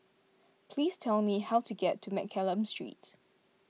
please tell me how to get to Mccallum Street